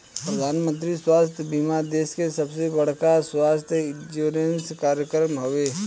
प्रधानमंत्री स्वास्थ्य बीमा देश के सबसे बड़का स्वास्थ्य इंश्योरेंस कार्यक्रम हवे